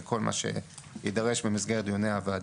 לכל מה שנדרש במסגרת דיוני הוועדה.